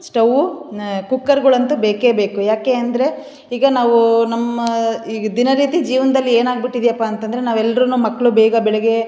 stove ಕುಕ್ಕರ್ಗಳಂತೂ ಬೇಕೇ ಬೇಕು ಯಾಕೆ ಅಂದರೆ ಈಗ ನಾವು ನಮ್ಮ ಈಗ ದಿನನಿತ್ಯ ಜೀವನದಲ್ಲಿ ಏನಾಗ್ಬಿಟ್ಟಿದ್ಯಪ್ಪ ಅಂತಂದರೆ ನಾವು ಎಲ್ರೂನು ಮಕ್ಕಳು ಬೇಗ ಬೆಳಗ್ಗೆ